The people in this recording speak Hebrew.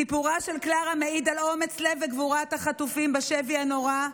סיפורה של קלרה מעיד על אומץ לב וגבורת החטופים בשבי הנורא,